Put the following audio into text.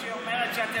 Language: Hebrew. כמו שהיא אומרת שאתם,